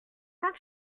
quand